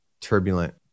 turbulent